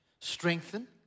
strengthen